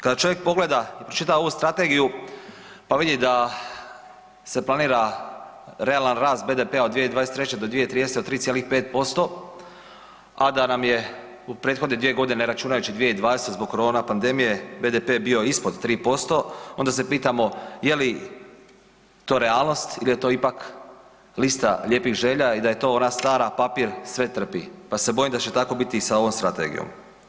Kada čovjek pogleda čitavu ovu strategiju, pa vidi da se planira realan rast BDP-a od 2023. do 2030. od 3,5%, a da nam je u prethodne dvije godine, ne računajući 2020. zbog korona pandemije, BDP bio ispod 3%, onda se pitamo je li to realnost il je to ipak lista lijepih želja i da je to ona stara „papir sve trpi“, pa se bojim da će tako biti i sa ovom strategijom.